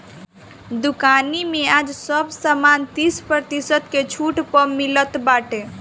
दुकानी में आज सब सामान तीस प्रतिशत के छुट पअ मिलत बाटे